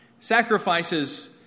Sacrifices